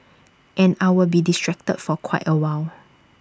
and I will be distracted for quite A while